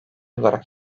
olarak